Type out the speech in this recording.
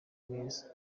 meza